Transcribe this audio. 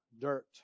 dirt